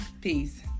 Peace